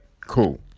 cool